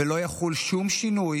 ולא יחול שום שינוי